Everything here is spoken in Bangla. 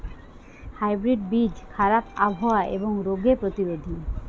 হাইব্রিড বীজ খারাপ আবহাওয়া এবং রোগে প্রতিরোধী